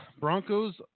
Broncos